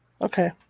okay